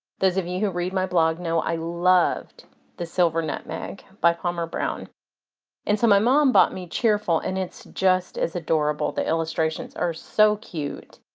those of you who read my blog know i love the silver nutmeg by palmer brown and so my mom bought me cheerful and it's just as adorable the illustrations are so cute.